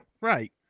Right